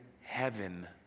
heaven